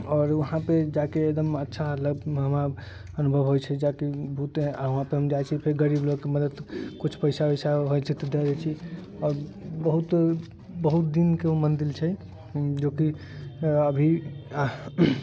आओर वहाँ पर जाके एकदम अच्छा मतलब हमरा अनुभव होयत छै जाके बहुत हम अपन जाइत छी फेर गरीब लोकके मदद किछु पैसा उइसा होयत छै तऽ दे दै छी अब बहुत दिनके ओ मन्दिर छै जोकि अभी